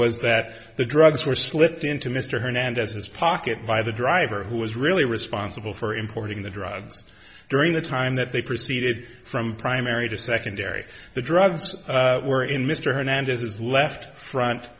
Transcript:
was that the drugs were slipped into mr hernandez's pocket by the driver who was really responsible for importing the drugs during the time that they proceeded from primary to secondary the drugs were in mr hernandez's left front